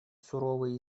суровый